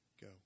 Go